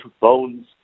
bones